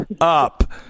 up